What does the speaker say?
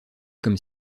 comme